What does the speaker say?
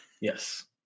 Yes